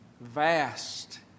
vast